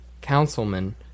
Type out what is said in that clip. councilman